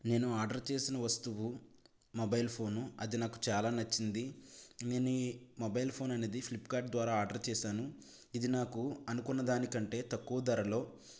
నేను ఆర్డర్ చేసిన వస్తువు మొబైల్ ఫోను అది నాకు చాలా నచ్చింది నేను ఈ మొబైల్ ఫోన్ అనేది ఫ్లిప్కార్ట్ ద్వారా ఆర్డర్ చేశాను ఇది నాకు అనుకున్న దాని కంటే తక్కువ ధరలో